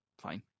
fine